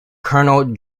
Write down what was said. colonel